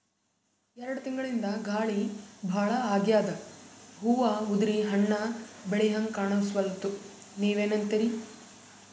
ಎರೆಡ್ ತಿಂಗಳಿಂದ ಗಾಳಿ ಭಾಳ ಆಗ್ಯಾದ, ಹೂವ ಉದ್ರಿ ಹಣ್ಣ ಬೆಳಿಹಂಗ ಕಾಣಸ್ವಲ್ತು, ನೀವೆನಂತಿರಿ?